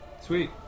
Sweet